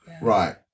Right